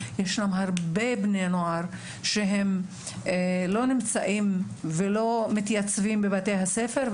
ישנם הרבה בני נוער שלא נמצאים ולא מתייצבים בבתי הספר,